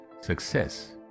success